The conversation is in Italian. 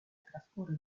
trascorre